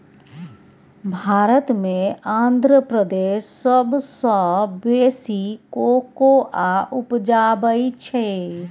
भारत मे आंध्र प्रदेश सबसँ बेसी कोकोआ उपजाबै छै